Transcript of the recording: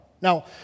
Now